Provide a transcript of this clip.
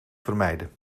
vermijden